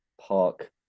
park